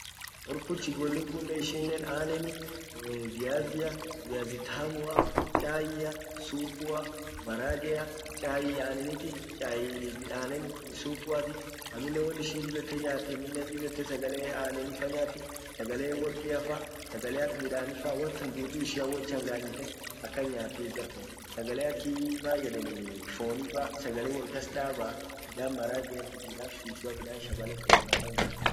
Wor Portugalin kunnen ishinnen aneni, viazia, viazi tamua, chaia, supua ,maragea, chai aneniti, chai anen supuati, amminen won ishin dib ete nyaat, amminen dib ete sagale anenifa nyaati, sagale workiafa, sagale ak midanifa, won tan dudu wot changanyite akan nyaati jar kun sagale ak mayeden fonifa sagale wol kas daba, kdan marageafa ,midan shushu, midan shabalake kan fa nyaati.